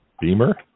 Beamer